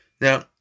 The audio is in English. Now